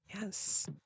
Yes